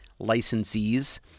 licensees